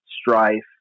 Strife